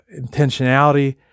intentionality